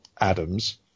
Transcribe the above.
Adams